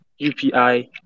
UPI